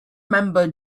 member